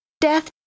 death